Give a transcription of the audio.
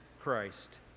Christ